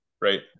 right